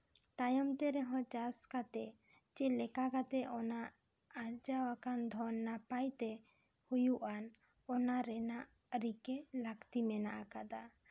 ᱛᱟᱭᱚᱢᱛᱮ ᱨᱮᱦᱚᱸ ᱪᱟᱥ ᱠᱟᱛᱮᱜ ᱪᱮᱫ ᱞᱮᱠᱟ ᱠᱟᱛᱮᱜ ᱚᱱᱟ ᱟᱨᱡᱟᱣ ᱟᱠᱟᱱ ᱫᱷᱚᱱ ᱱᱟᱯᱟᱭᱛᱮ ᱦᱩᱭᱩᱜᱼᱟ ᱚᱱᱟᱨᱮ ᱨᱮᱱᱟᱜ ᱟᱹᱨᱤ ᱜᱮ ᱞᱟᱹᱠᱛᱤ ᱢᱮᱱᱟᱜ ᱟᱠᱟᱫᱟ